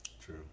True